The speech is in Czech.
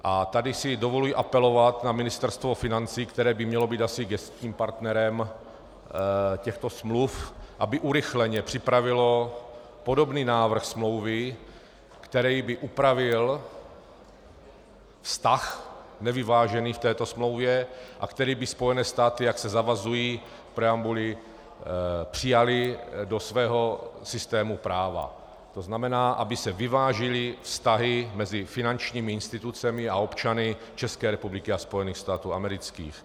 A tady si dovoluji apelovat na Ministerstvo financí, které by mělo být asi gesčním partnerem těchto smluv, aby urychleně připravilo podobný návrh smlouvy, který by upravil nevyvážený vztah v této smlouvě a který by Spojené státy, jak se zavazují v preambuli, přijaly do svého systému práva, tzn. aby se vyvážily vztahy mezi finančními institucemi a občany České republiky a Spojených států amerických.